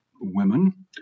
women